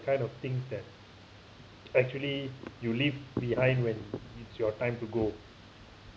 kind of things that actually you leave behind when it's your time to go